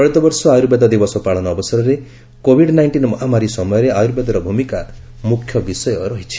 ଚଳିତ ବର୍ଷ ଆୟୁର୍ବେଦ ଦିବସ ପାଳନ ଅବସରରେ କୋଭିଡ୍ ନାଇଣ୍ଟିନ୍ ମହାମାରୀ ସମୟରେ ଆୟୁର୍ବେଦର ଭୂମିକା ମୁଖ୍ୟ ବିଷୟ ରହିଛି